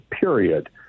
period